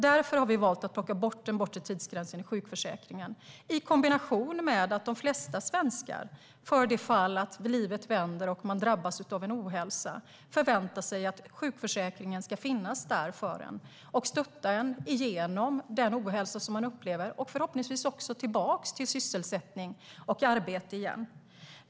Därför har vi valt att plocka bort den bortre tidsgränsen i sjukförsäkringen - i kombination med att de flesta svenskar för det fall att livet vänder och man drabbas av ohälsa förväntar sig att sjukförsäkringen ska finnas där och stötta en genom den ohälsa man upplever och förhoppningsvis också tillbaka till sysselsättning och arbete.